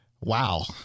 wow